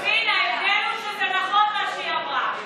יסמין, ההבדל הוא שזה נכון מה שהיא אמרה.